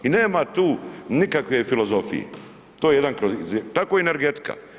I nema tu nikakve filozofije, to je jedan, tako i energetika.